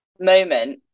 moment